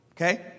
okay